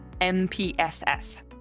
mpss